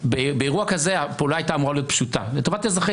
באירוע כזה הפעולה הייתה אמורה להיות פשוטה לטובת אזרחי